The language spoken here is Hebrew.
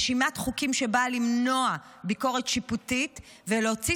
רשימת חוקים שבאה למנוע ביקורת שיפוטיות ולהוציא